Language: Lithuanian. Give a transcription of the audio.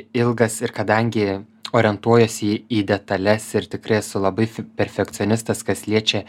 ilgas ir kadangi orientuojuosi į į detales ir tikrai esu labai perfekcionistas kas liečia